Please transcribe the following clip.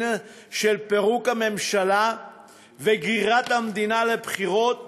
של פירוק הממשלה וגרירת המדינה לבחירות